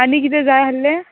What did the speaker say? आनी कितें जाय आसलें